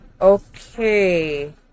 Okay